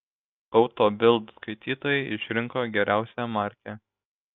auto bild skaitytojai išrinko geriausią markę